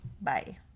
Bye